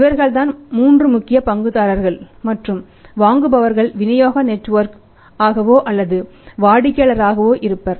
இவர்கள்தான் மூன்று முக்கிய பங்குதாரர்கள் மற்றும் வாங்குபவர்கள் விநியோக நெட்வொர்க் ஆகவோ அல்லது வாடிக்கையாளராகவோ இருப்பார்